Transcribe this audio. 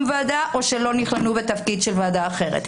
ועדה או שלא נכללו בתפקידי ועדה אחרת."